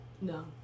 No